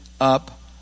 up